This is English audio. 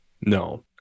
No